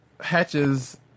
hatches